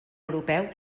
europeu